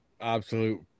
absolute